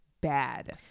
bad